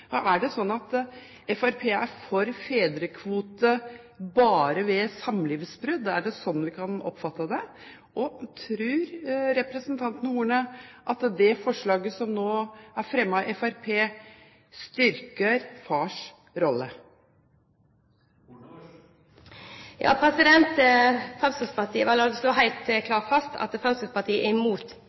familie? Er det sånn at Fremskrittspartiet er for fedrekvote bare ved samlivsbrudd? Er det sånn vi kan oppfatte det? Og tror representanten Horne at det forslaget som nå er fremmet av Fremskrittspartiet, styrker fars rolle? La meg slå helt klart fast at Fremskrittspartiet er imot